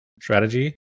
strategy